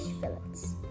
fillets